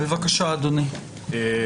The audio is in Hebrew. משפט אחד.